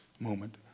moment